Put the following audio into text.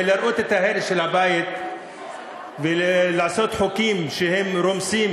לראות את ההרס של הבית ולחוקק חוקים שרומסים